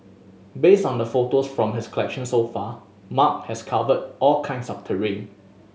based on the photos from his collection so far Mark has covered all kinds of terrain